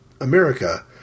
America